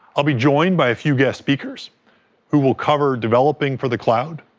i'll be joined by a few guest speakers who will cover developing for the cloud,